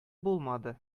булмады